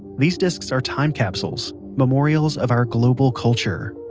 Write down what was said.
these discs are time capsules memorials of our global culture.